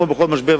כמו בכל משבר,